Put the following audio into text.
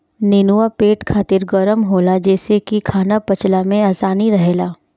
नेनुआ पेट खातिर गरम होला जेसे की खाना पचला में आसानी रहेला